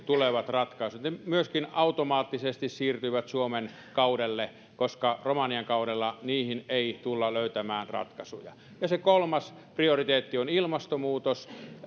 tulevat ratkaisut automaattisesti siirtyvät suomen kaudelle koska romanian kaudella niihin ei tulla löytämään ratkaisuja ja se kolmas prioriteetti on ilmastonmuutos